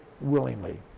willingly